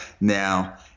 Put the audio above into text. Now